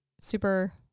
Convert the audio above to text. super-